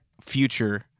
future